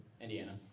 Indiana